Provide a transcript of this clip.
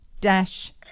dash